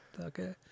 okay